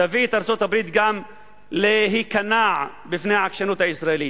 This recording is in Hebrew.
תביא את ארצות-הברית גם להיכנע בפני העקשנות הישראלית?